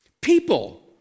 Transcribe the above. People